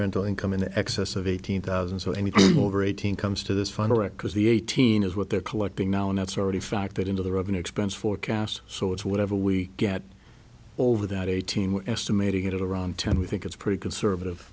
rental income in excess of eighteen thousand so anything over eighteen comes to this final wreck because the eighteen is what they're collecting now and that's already factored into the revenue expense forecast so it's whatever we get over that eighteen we're estimating it around ten we think it's pretty conservative